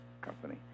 Company